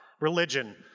religion